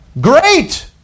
Great